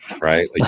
right